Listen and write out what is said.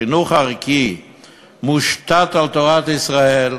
חינוך ערכי מושתת על תורת ישראל,